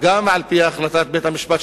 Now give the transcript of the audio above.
וגם על-פי החלטת בית-המשפט,